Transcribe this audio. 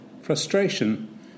frustration